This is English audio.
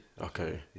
okay